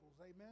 Amen